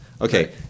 Okay